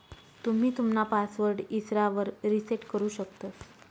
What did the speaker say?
तुम्ही तुमना पासवर्ड इसरावर रिसेट करु शकतंस